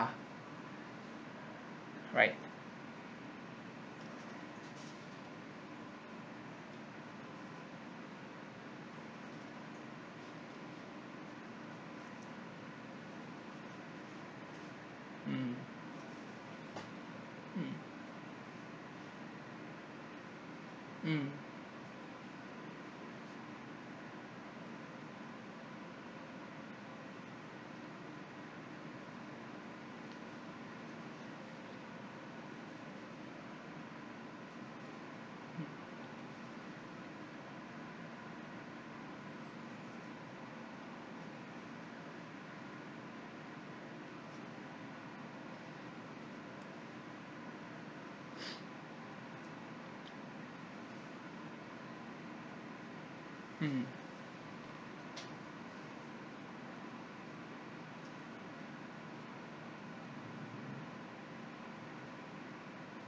right mm mm mm mm